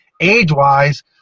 age-wise